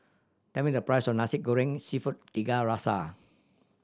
tell me the price of Nasi Goreng Seafood Tiga Rasa